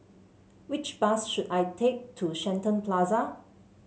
which bus should I take to Shenton Plaza